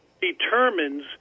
determines